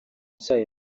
cyayi